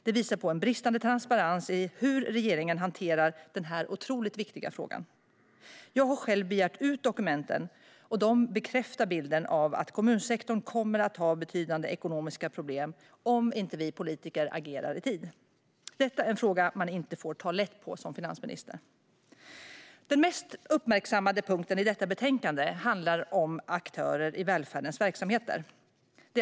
Det visar på bristande transparens i hur regeringen hanterar den här otroligt viktiga frågan. Jag har själv begärt ut dokumenten, och de bekräftar bilden av att kommunsektorn kommer att få betydande ekonomiska problem om inte vi politiker agerar i tid. Detta är en fråga som en finansminister inte får ta lätt på. Den mest uppmärksammade punkten i detta betänkande handlar om aktörer i välfärdens verksamheter.